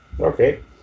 Okay